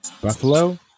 Buffalo